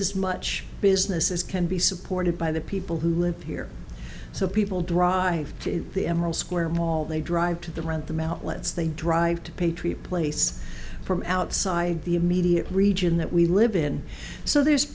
as much business as can be supported by the people who live here so people drive to the emerald square mall they drive to the wrentham outlets they drive to patriot place from outside the immediate region that we live in so there's